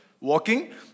walking